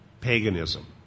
paganism